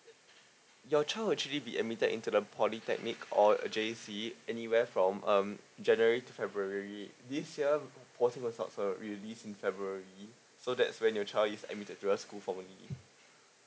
your child actually be admitted into the polytechnic or J C anywhere from um january to february this year possible sox uh released in february so that's when your child is admitted to the school formally